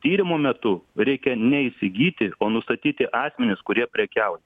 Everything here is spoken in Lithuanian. tyrimo metu reikia ne įsigyti o nustatyti asmenis kurie prekiauja